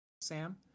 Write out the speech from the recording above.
Sam